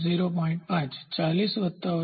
5 40 વત્તા અથવા ઓછા 0